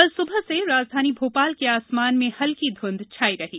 कल सुबह से राजधानी भोपाल के आसमान में हल्की धूंध छाई रही